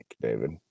David